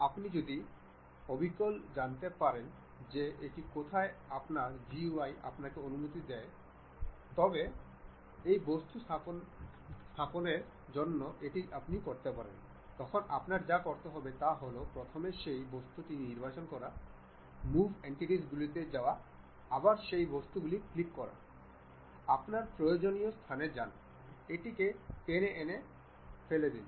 আপনি যদি অবিকল জানতে পারি যে কোথায় আপনার GUI আপনাকে অনুমতি দিতে পারে যাতে আপনি বস্তু স্থানান্তর করতে পারেন তখন আপনার যা করতে হবে তা হল প্রথমে সেই বস্তুটি নির্বাচন করা মুভ এন্টিটিসগুলিতে যান আবার সেই বস্তুটি ক্লিক করুন আপনার প্রয়োজনীয় স্থানে যান এটিকে টেনে এনে ফেলে দিন